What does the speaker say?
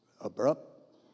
abrupt